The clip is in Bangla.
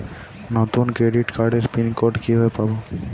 নতুন ক্রেডিট কার্ডের পিন কোড কিভাবে পাব?